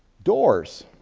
doors,